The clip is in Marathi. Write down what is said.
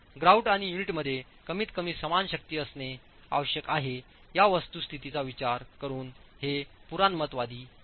ग्रॉउट आणि युनिटमध्ये कमीतकमी समान शक्ती असणे आवश्यक आहे या वस्तुस्थितीचा विचार करून हे पुराणमतवादी आहे